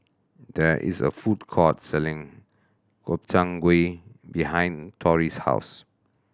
there is a food court selling Gobchang Gui behind Tori's house